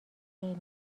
نجات